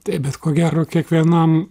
taip bet ko gero kiekvienam